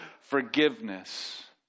forgiveness